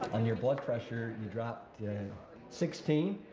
on your blood pressure, you dropped yeah sixteen.